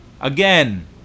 again